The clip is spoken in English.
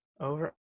Over